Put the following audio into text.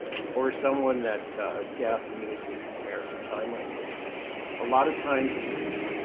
or someone that's deaf and uses american sign language a lot of times, it's,